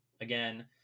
again